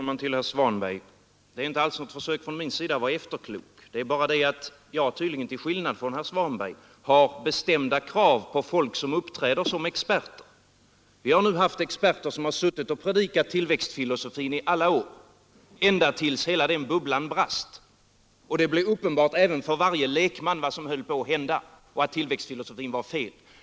Herr talman! Det här är inte alls något försök från min sida att vara efterklok, herr Svanberg. Men jag har, tydligen till skillnad från herr Svanberg, bestämda krav på folk som uppträder som experter. I alla år har experter suttit och predikat tillväxtfilosofin ända tills den bubblan brast och det blev uppenbart även för varje lekman vad som höll på att hända och att tillväxtfilosofin var felaktig.